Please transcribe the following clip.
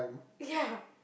ya